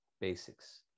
basics